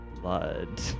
blood